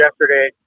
yesterday